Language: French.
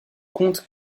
compte